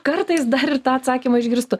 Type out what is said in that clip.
kartais dar ir tą atsakymą išgirstu